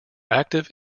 active